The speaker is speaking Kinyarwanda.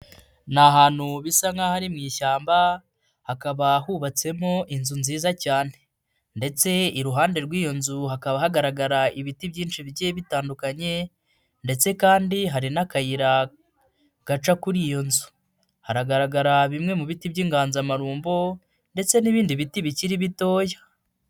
Ni ahantu bisa nk'aho ari mu ishyamba hakaba hubatsemo inzu nziza cyane ndetse iruhande rw'iyo nzu hakaba hagaragara ibiti byinshi bigiye bitandukanye ndetse kandi hari n'akayira gaca kuri iyo nzu, haragaragara bimwe mu biti by'inganzamarumbo ndetse n'ibindi biti bikiri bitoya.